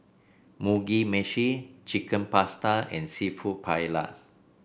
Mugi Meshi Chicken Pasta and seafood Paella